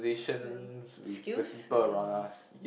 friend and